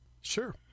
Sure